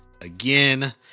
again